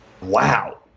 Wow